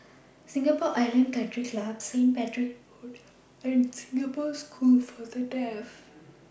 Singapore Island Country Club Saint Patrick's Road and Singapore School For The Deaf